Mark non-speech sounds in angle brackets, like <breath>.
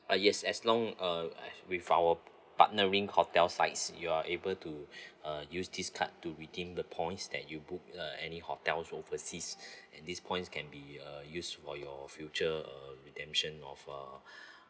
uh yes as long uh with our partnering hotel sites you are able to <breath> uh use this card to redeem the points that you booked uh any hotels overseas <breath> and these points can be uh use for your future uh redemption of uh <breath>